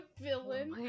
Villain